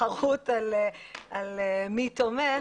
תחרות על מי תומך,